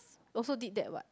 also did that what